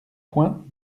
point